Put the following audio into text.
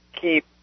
keep